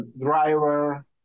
driver